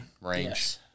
range